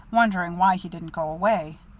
wondering why he didn't go away,